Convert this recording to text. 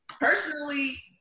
personally